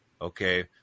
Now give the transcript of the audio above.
Okay